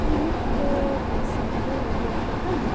ᱤᱧᱟᱹᱜ ᱫᱚ ᱯᱚᱭᱥᱟ ᱠᱚ ᱤᱭᱟᱹ ᱠᱚᱛᱤᱧ